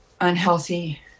unhealthy